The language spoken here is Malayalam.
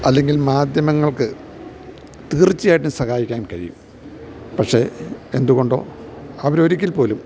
അല്ലെങ്കിൽ മാധ്യമങ്ങൾക്കു തീർച്ചയായിട്ടും സഹായിക്കാൻ കഴിയും പക്ഷെ എന്തുകൊണ്ടോ അവരൊരിക്കൽപ്പോലും